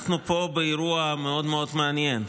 אנחנו פה באירוע מאוד מאוד מעניין,